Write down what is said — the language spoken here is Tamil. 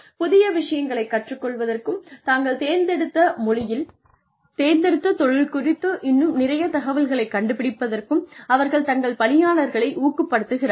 புதிய விஷயங்களை கற்றுக் கொள்வதற்கும் தாங்கள் தேர்ந்தெடுத்த தொழில் குறித்து இன்னும் நிறையத் தகவல்களைக் கண்டுபிடிப்பதற்கும் அவர்கள் தங்கள் பணியாளர்களை ஊக்கப்படுத்துகிறார்கள்